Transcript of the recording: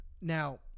Now